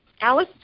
Alice